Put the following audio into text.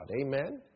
Amen